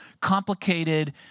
complicated